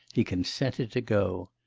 he consented to go.